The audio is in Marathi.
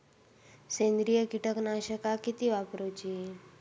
सेंद्रिय कीटकनाशका किती वापरूची?